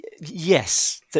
Yes